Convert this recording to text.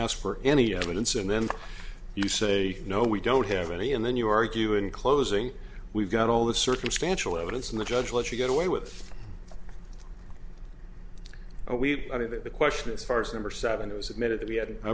asked for any evidence and then you say no we don't have any and then you argue in closing we've got all the circumstantial evidence and the judge let you get away with oh we've got it the question is farce number seven it was admitted that we had i